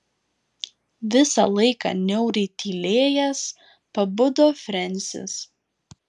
visą laiką niauriai tylėjęs pabudo frensis